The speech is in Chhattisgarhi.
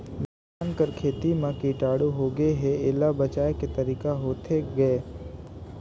धान कर खेती म कीटाणु होगे हे एला बचाय के तरीका होथे गए?